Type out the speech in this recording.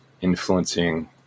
influencing